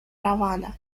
ravana